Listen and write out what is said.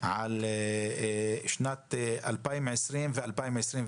על השנים 2020 ו-2021,